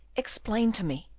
explain to me.